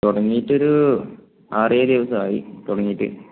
തുടങ്ങിയിട്ട് ഒരു ആറ് ഏഴ് ദിവസം ആയി തുടങ്ങിയിട്ട്